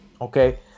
okay